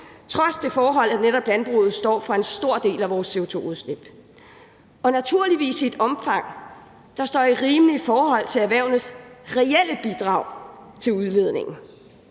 trods det forhold, at netop landbruget står for en stor del af vores CO2-udslip, og naturligvis i et omfang, der står i et rimeligt forhold til erhvervenes reelle bidrag til udledningen.